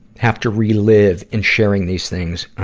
have to relive and share in these things,